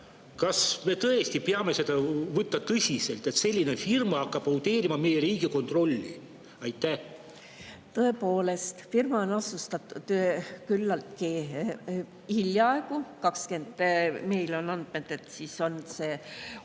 Kas me tõesti peame seda võtma tõsiselt, et selline firma hakkab auditeerima meie Riigikontrolli? Tõepoolest, firma on asutatud küllaltki hiljaaegu. Meil on andmed, et see